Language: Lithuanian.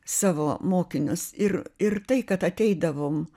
savo mokinius ir ir tai kad ateidavom